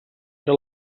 que